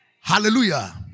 Hallelujah